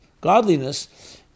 godliness